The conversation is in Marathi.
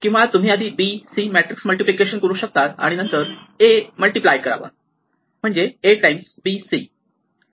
किंवा तुम्ही आधी B C मॅट्रिक्स मल्टिप्लिकेशन करू शकतात आणि नंतर A मल्टिप्लाय करावा म्हणजे A टाइम्स B C